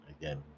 again